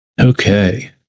Okay